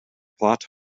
plot